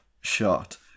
shot